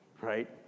right